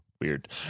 Weird